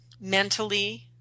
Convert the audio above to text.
mentally